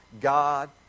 God